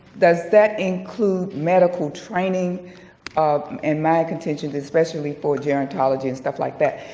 does that include medical training of and my contention is especially for gerontology and stuff like that,